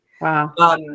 Wow